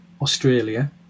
Australia